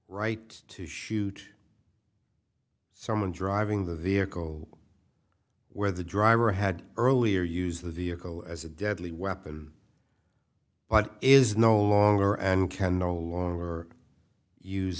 right to shoot someone driving the vehicle where the driver had earlier use the vehicle as a deadly weapon but is no longer and can no longer use